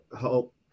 help